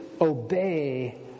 obey